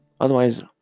Otherwise